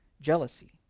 jealousy